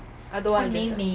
I don't want to dress up